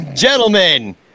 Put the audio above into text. Gentlemen